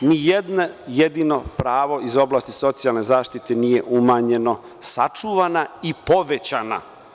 Ni jedno jedino pravo iz oblasti socijalne zaštite nije umanjeno, sačuvana i povećana.